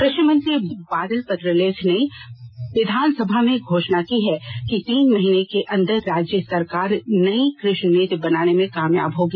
कृषि मंत्री बादल पत्रलेख ने विधानसभा में घोषणा की है कि तीन महीने के अंदर राज्य सरकार नई कृषि नीति बनाने में कामयाब होगी